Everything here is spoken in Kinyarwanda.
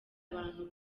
abantu